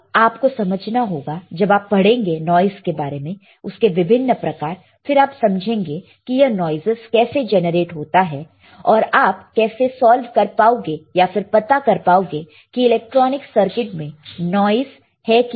अब आप को समझना होगा जब आप पढ़ेंगे नॉइस के बारे में उसके विभिन्न प्रकार फिर आप समझेंगे कि यह नॉइसस कैसे जेनरेट होता है और आप कैसे सॉल्व कर पाओगे या फिर पता कर पाओगे की इलेक्ट्रॉनिक सर्किट में नॉइस है कि नहीं